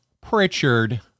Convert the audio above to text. Pritchard